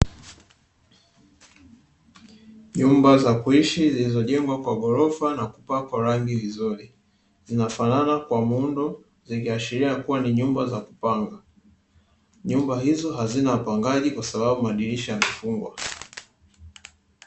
Nyumba za kuishi zilizojengwa kwa ghorofa na kupakwa rangi vizuri, zinafanana kwa muundo zikiashiria kuwa ni nyumba za kupanga. Nyumba hizo hazina wapangaji kwa sababu madirisha yamefungwa.